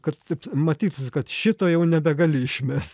kad taip matytųs kad šito jau nebegali išmest